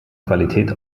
qualität